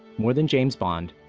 more than james bond,